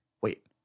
Wait